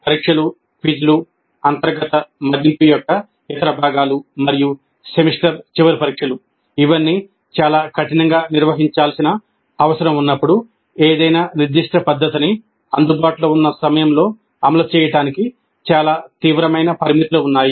పరీక్షలు క్విజ్లు అంతర్గత మదింపు యొక్క ఇతర భాగాలు మరియు సెమిస్టర్ చివరి పరీక్షలు ఇవన్నీ చాలా కఠినంగా నిర్వహించాల్సిన అవసరం ఉన్నప్పుడు ఏదైనా నిర్దిష్ట పద్ధతిని అందుబాటులో ఉన్న సమయంలో అమలు చేయడానికి చాలా తీవ్రమైన పరిమితులు ఉన్నాయి